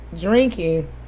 drinking